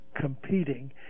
competing